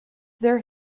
there